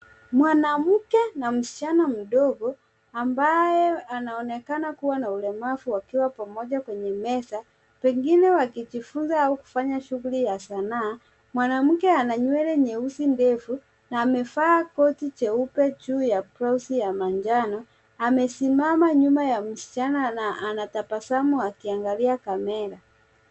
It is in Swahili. Mwanamke na msichana mdogo ambaye anaonekana kuwa na ulemavu wakiwa pamoja kwenye meza, pengine wakijifunza au kufanya shughuli ya sanaa. Mwanamke ana nywele nyeusi ndefu na amevaa koti jeupe juu ya blausi ya manjano. Amesimama nyuma ya msichana na anatabasamu akiangalia kamera.